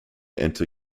enter